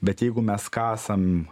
bet jeigu mes ką esam